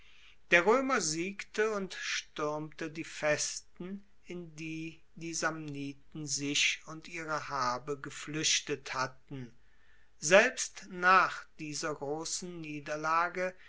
der roemer siegte und stuermte die festen in die die samniten sich und ihre habe gefluechtet hatten selbst nach dieser grossen niederlage